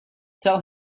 tell